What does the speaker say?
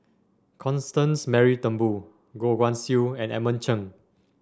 Constance Mary Turnbull Goh Guan Siew and Edmund Cheng